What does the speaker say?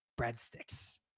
breadsticks